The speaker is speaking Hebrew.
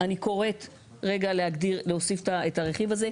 אני קוראת רגע להגדיר, להוסיף את הרכיב הזה.